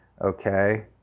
Okay